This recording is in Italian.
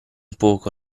poco